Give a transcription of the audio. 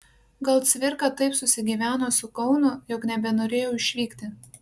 gal cvirka taip susigyveno su kaunu jog nebenorėjo išvykti